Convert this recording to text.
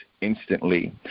instantly